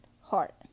heart